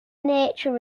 nature